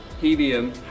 Helium